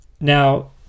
Now